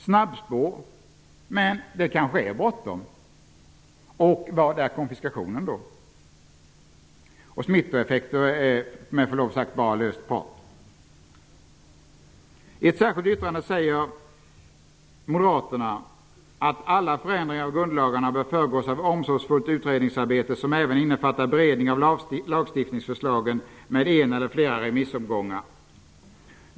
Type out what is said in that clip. Snabbspår -- ja, det kanske är bråttom -- och vad är konfiskationen då? Talet om smittoeffekter är, med förlov sagt, bara löst prat. I ett särskilt yttrande säger Moderaterna att alla ändringar av grundlagarna ''bör föregås av ett omsorgsfullt utredningsarbete som även innefattar beredning av lagstiftningsförslagen genom en eller flera remissomgångar''.